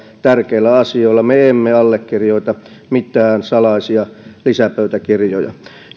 tärkeillä asioilla me me emme allekirjoita mitään salaisia lisäpöytäkirjoja